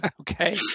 Okay